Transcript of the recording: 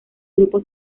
grupo